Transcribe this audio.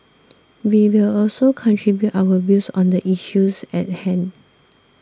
we will also contribute our views on the issues at hand